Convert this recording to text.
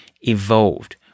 evolved